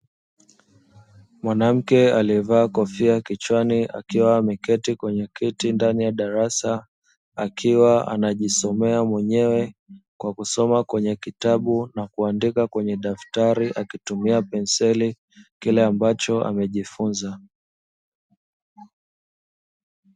Mwanamke aliyevaa kofia kichwani akiwa ameketi kwenye kiti ndani ya darasa akiwa anajisomea mwenyewe kwa kusoma kwenye kitabu na kuandika kwenye daftari akitumia penseli kile ambacho amejifunza.